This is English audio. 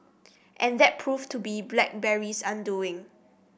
and that proved to be BlackBerry's undoing